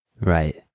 Right